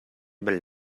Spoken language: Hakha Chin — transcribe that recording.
bal